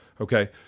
okay